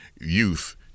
youth